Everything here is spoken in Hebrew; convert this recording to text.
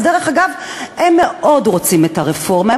דרך אגב, הם מאוד רוצים את הרפורמה.